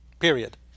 Period